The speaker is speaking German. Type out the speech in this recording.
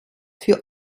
für